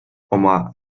oma